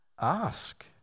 Ask